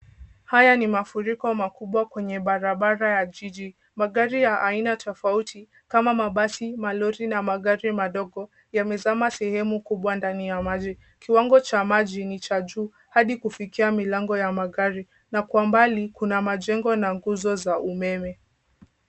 Haya ni mafuriko makubwa kwenye barabara ya jiji. Magari ya aina tofauti kama mabasi, malori na magari madogo, yamezama sehemu kubwa ndani ya maji. Kiwango cha maji ni cha juu, hadi kufikia milango ya magari, na kwa mbali, kuna majengo na nguzo za umeme.